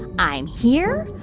i'm here.